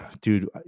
dude